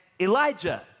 Elijah